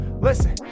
listen